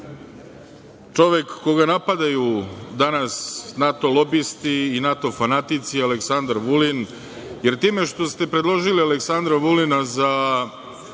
čovek koga napadaju danas NATO lobisti i NATO fanatici, Aleksandar Vulin, jer time što ste predložili Aleksandra Vulina za